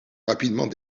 rapidement